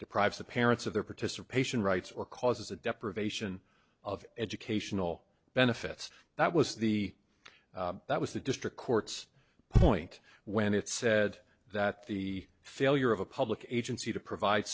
deprives the parents of their participation rights or causes a deprivation of educational benefits that was the that was the district court's point when it said that the failure of a public agency to provide